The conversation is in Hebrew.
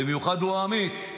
במיוחד הוא, עמית.